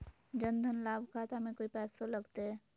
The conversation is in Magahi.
जन धन लाभ खाता में कोइ पैसों लगते?